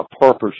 purpose